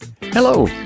Hello